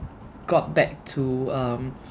got back to um